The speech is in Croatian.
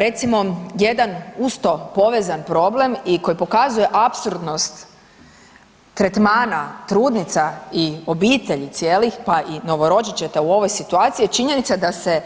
Recimo jedan uz to povezan problem i koji pokazuje apsurdnost tretmana trudnica i obitelji cijelih, pa i novorođenčeta u ovoj situaciji je činjenica da se